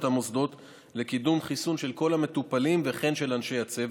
המוסדות לקידום חיסון של כל המטופלים וכן של אנשי הצוות.